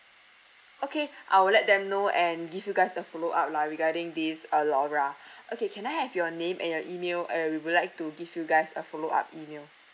okay I'll let them know and give you guys a follow up lah regarding this uh laura okay can I have your name and your email and we would like to give you guys a follow up email